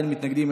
אין מתנגדים,